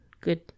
good